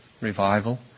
revival